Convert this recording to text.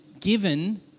given